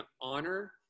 honor